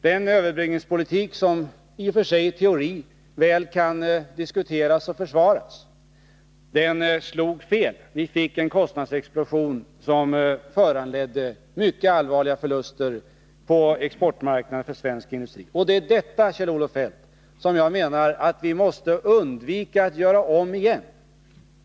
Den överbryggningspolitik som i och för sig i teorin väl kan diskuteras och försvaras slog fel. Vi fick en kostnadsexplosion som föranledde mycket allvarliga förluster på exportmarknaden för svensk industri. Det är detta, Kjell-Olof Feldt, som jag menar att vi måste undvika att göra om igen.